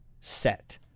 set